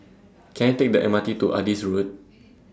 Can I Take The M R T to Adis Road